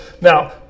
now